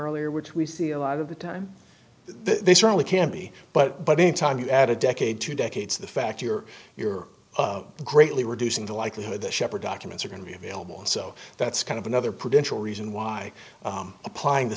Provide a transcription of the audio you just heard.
earlier which we see a lot of the time they certainly can be but but any time you add a decade two decades the fact you're you're greatly reducing the likelihood that shepherd documents are going to be available so that's kind of another potential reason why applying the